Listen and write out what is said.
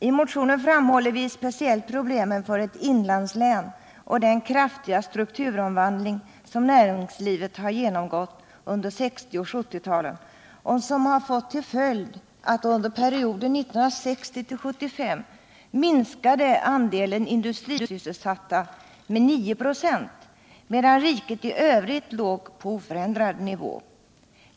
I motionen framhåller vi speciellt problemen för ett inlandslän och den kraftiga strukturomvandling som näringslivet genomgått under 1960 och 1970-talen och som fått till följd att andelen industrisysselsatta under perioden 1960-1975 minskade med 9 26, medan andelen industrisysselsatta i riket i övrigt låg på oförändrad nivå.